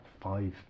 five